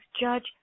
judge